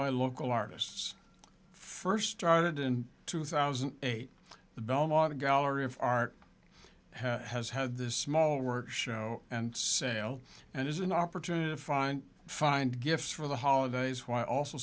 by local artists first started in two thousand eight the belmont a gallery of art has had this small work show and sale and is an opportunity to find find gifts for the holidays while also